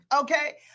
okay